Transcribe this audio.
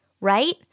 right